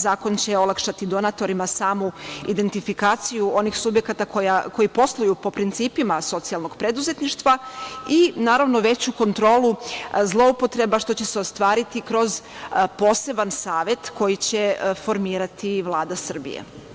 Zakon će olakšati donatorima samu identifikaciju onih subjekata koji posluju po principima socijalnog preduzetništva i naravno, veću kontrolu zloupotreba, što će se ostvariti kroz poseban savet koji će formirati Vlada Srbije.